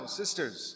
sisters